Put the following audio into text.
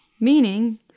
meaning